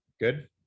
Good